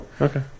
Okay